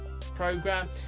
program